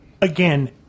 Again